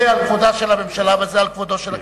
זה על כבודה של הממשלה וזה על כבודה של הכנסת.